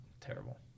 Terrible